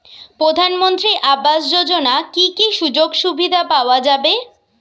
প্রধানমন্ত্রী আবাস যোজনা কি কি সুযোগ সুবিধা পাওয়া যাবে?